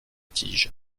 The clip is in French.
tiges